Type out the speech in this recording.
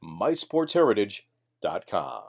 MySportsHeritage.com